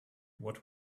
what